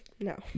No